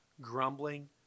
grumbling